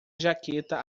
jaqueta